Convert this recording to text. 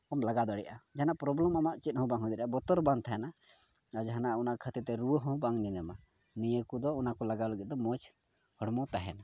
ᱦᱚᱢ ᱞᱟᱜᱟᱣ ᱫᱟᱲᱮᱭᱟᱜᱟ ᱡᱟᱦᱟᱱᱟᱜ ᱯᱨᱚᱵᱞᱮᱢ ᱟᱢᱟᱜ ᱪᱮᱫ ᱦᱚᱸ ᱵᱟᱝ ᱦᱩᱭ ᱫᱟᱲᱮᱭᱟᱜᱼᱟ ᱵᱚᱛᱚᱨ ᱵᱟᱝ ᱛᱟᱦᱮᱱᱟ ᱟᱨ ᱡᱟᱦᱟᱱᱟᱜ ᱚᱱᱟ ᱠᱷᱟᱹᱛᱤᱨ ᱛᱮ ᱨᱩᱣᱟᱹ ᱦᱚᱸ ᱵᱟᱝ ᱧᱟᱧᱟᱢᱟ ᱱᱤᱭᱟᱹ ᱠᱚᱫᱚ ᱚᱱᱟ ᱠᱚ ᱞᱟᱜᱟᱣ ᱞᱟᱹᱜᱤᱫ ᱫᱚ ᱢᱚᱡᱽ ᱦᱚᱲᱢᱚ ᱛᱟᱦᱮᱱᱟ